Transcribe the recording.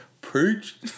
preach